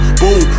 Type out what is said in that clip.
boom